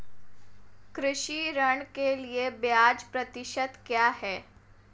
कृषि ऋण के लिए ब्याज प्रतिशत क्या है?